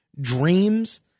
dreams